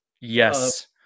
Yes